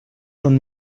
són